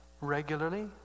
regularly